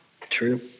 True